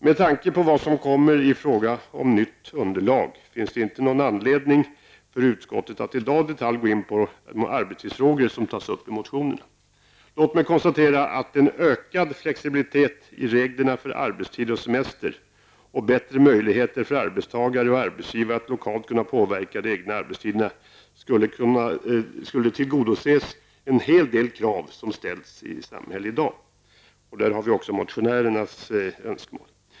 Med tanke på vad som kommer i frågan om nytt underlag finns det inte någon anledning för utskottet att i dag i detalj gå in på de arbetstidsfrågor som tas upp i motionerna. Låt mig konstatera att en ökad flexibilitet i reglerna för arbetstid och semester och bättre möjligheter för arbetstagare och arbetsgivare att lokalt kunna påverka de egna arbetstiderna skulle tillgodose en hel del av de krav som ställs i samhället i dag. Här har vi även motionärernas önskemål.